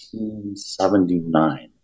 1979